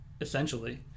essentially